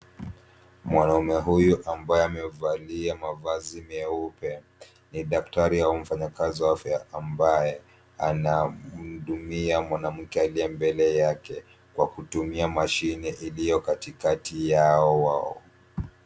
Mwanamume huyu ambaye amevalia mavazi meupe ni daktari au mfanyakazi wa afya ambaye anamhudumia mwanamke aliye mbele yake kwa kutumia mashine iliyo katikati ya wao.